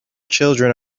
children